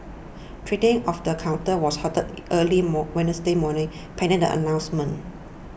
trading of the counter was halted early more Wednesday morning pending the announcement